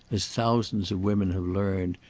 as thousands of women have learned,